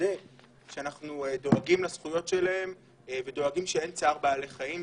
לוודא שאנחנו דואגים לזכויות שלהם ודואגים שאין צער בעלי חיים.